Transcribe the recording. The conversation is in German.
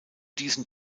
diesen